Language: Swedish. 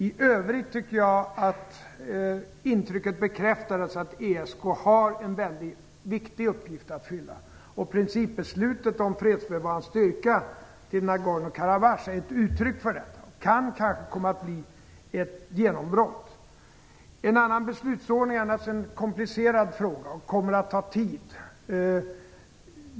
I övrigt tycker jag intrycket bekräftades att ESK har en väldigt viktig uppgift att fylla. Principbeslutet om fredsbevarande styrka till Nagorno-Karabach är ett uttryck för detta och kan kanske komma att innebära ett genombrott. En annan beslutsordning är naturligtvis en komplicerad fråga och kommer att ta tid att ändra.